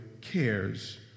cares